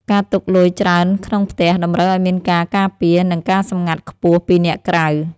ការទុកលុយច្រើនក្នុងផ្ទះ តម្រូវឱ្យមានការការពារ និងការសម្ងាត់ខ្ពស់ពីអ្នកក្រៅ។